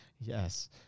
Yes